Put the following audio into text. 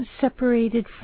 separated